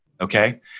Okay